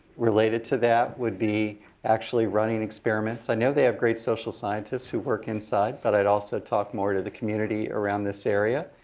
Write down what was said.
related to that would be actually running experiments. i know they have great social scientists who work inside, but i'd also talk more to the community around this this area,